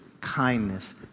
Kindness